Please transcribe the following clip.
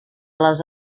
les